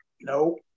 No